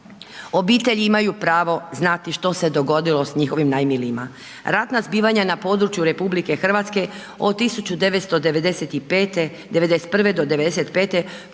Obitelji imaju pravo znati što se dogodilo s njihovim najmilijima. Ratna zbivanja na području RH od 1995., '91.